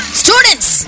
students